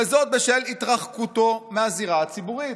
וזאת בשל התרחקותו מהזירה הציבורית".